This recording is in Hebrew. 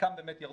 חלקם באמת ירדו,